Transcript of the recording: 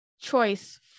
choice